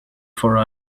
for